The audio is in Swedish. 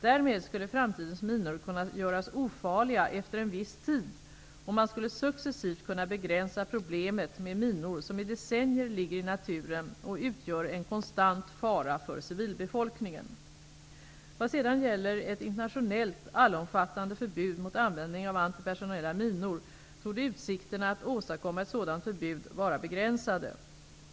Därmed skulle framtidens minor kunna göras ofarliga efter en viss tid, och man skulle successivt kunna begränsa problemet med minor som i decennier ligger i naturen och utgör en konstant fara för civilbefolkningen. Vad sedan gäller ett internationellt allomfattande förbud mot användning av antipersonella minor torde utsikterna att åstadkomma ett sådant förbud vara begränsade.